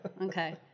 Okay